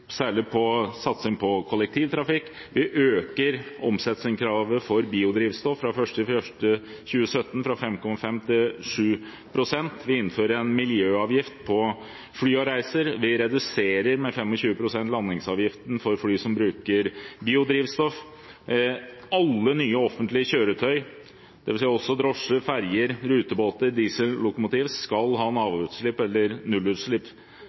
særlig i satsing på kollektivtrafikk, og vi øker omsetningskravet for biodrivstoff fra 1. januar 2017 fra 5,5 pst. til 7 pst. Vi innfører en miljøavgift på flyreiser, og vi reduserer landingsavgiften med 25 pst. for fly som bruker biodrivstoff. Alle nye offentlige kjøretøy, også drosjer, ferjer, rutebåter og diesellokomotiver, skal ha lavutslipp eller nullutslipp.